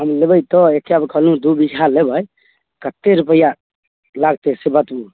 हम लेबै तऽ एक्केबेर कहलहुँ दुइ बीघा लेबै कतेक रुपैआ लागतै से बतबू